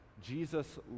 jesus